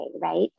right